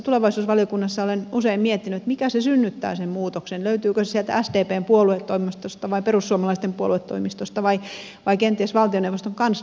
tulevaisuusvaliokunnassa olen usein miettinyt mikä synnyttää sen muutoksen löytyykö se sieltä sdpn puoluetoimistosta vai perussuomalaisten puoluetoimistosta vai kenties valtioneuvoston kansliasta